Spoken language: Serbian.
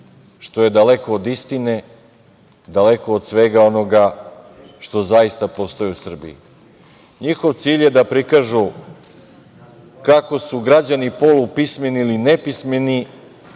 što je daleko od istine, daleko od svega onoga što zaista postoji u Srbiji. NJihov cilj je da prikažu kako su građani polupismeni ili nepismeni